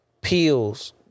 pills